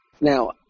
now